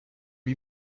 lui